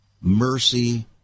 mercy